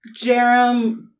Jerem